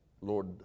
Lord